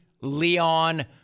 Leon